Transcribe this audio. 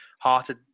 hearted